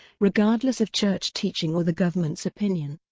regardless of church teaching or the government's opinion.